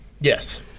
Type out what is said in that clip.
Yes